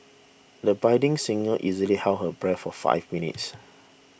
the budding singer easily held her breath for five minutes